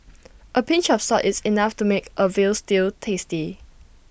A pinch of salt is enough to make A Veal Stew tasty